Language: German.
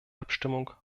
abstimmung